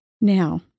Now